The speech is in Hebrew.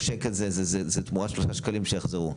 הוא תמורת שלושה שקלים שיחזרו.